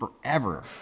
forever